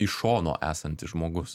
iš šono esantis žmogus